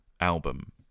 album